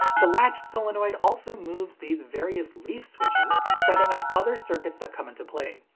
the latch solenoid also moves these various leaf switches, setting up other circuits that come into play.